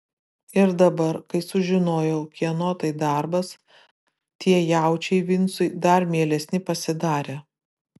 ir dabar kai sužinojo kieno tai darbas tie jaučiai vincui dar mielesni pasidarė